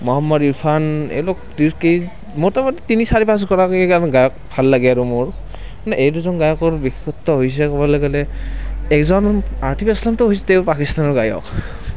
মহম্মদ ইৰ্ফান এওঁলোক মোটামুটি তিনি চাৰি পাঁচ গৰাকী গায়কক ভাল লাগে আৰু মোৰ মানে এই দুজন গায়কৰ বিশেষত্ব হৈছে ক'বলৈ গ'লে এজন আটিফ আছলামতো হৈছে তেওঁ পাকিস্তানৰ গায়ক